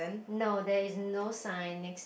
no there is no sign next